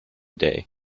day